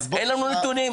אין לנו נתונים.